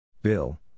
Bill